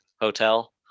Hotel